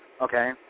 Okay